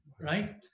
right